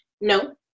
no